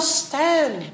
stand